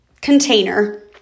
container